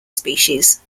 species